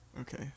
okay